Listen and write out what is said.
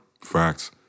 facts